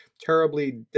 terribly